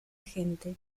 gente